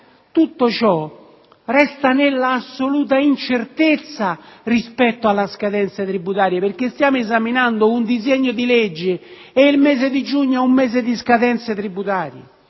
Tutto ciò resta nell'assoluta incertezza rispetto alla scadenza tributaria, perché stiamo esaminando un disegno di legge in un mese di scadenze tributarie.